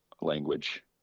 language